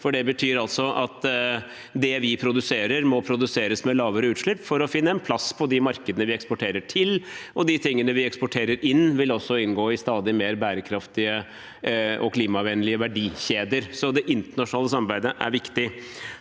Det betyr at det vi produserer, må produseres med lavere utslipp for å finne en plass på de markedene vi eksporterer til. De tingene vi eksporterer inn, vil også inngå i stadig mer bærekraftige og klimavennlige verdikjeder, så det internasjonale samarbeidet er viktig.